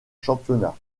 championnat